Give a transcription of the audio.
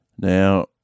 Now